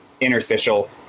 interstitial